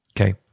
okay